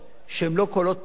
שהם לא קולות פוליטיים.